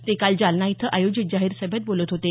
ते काल जालना इथं आयोजित जाहीर सभेत बोलत होते